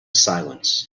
silence